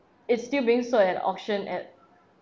it's still being sold at auction at